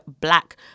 black